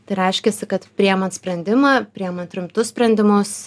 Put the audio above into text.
tai reiškiasi kad priėmant sprendimą priėmant rimtus sprendimus